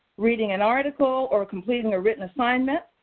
reading an article, or completing a written assignment.